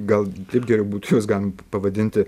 gal taip geriau būtų juos galima pavadinti